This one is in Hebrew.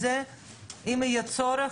אם יהיה צורך,